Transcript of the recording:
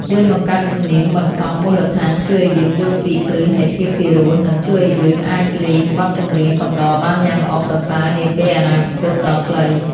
រៀនបង្កើតសំនៀងបន្សំមូលដ្ឋានជួយឱ្យយើងយល់ពីគ្រឹះនៃភាពពីរោះ និងជួយឱ្យយើងអាចលេងបទចម្រៀងកំដរបានយ៉ាងល្អប្រសើរនាពេលអនាគតដ៏ខ្លី។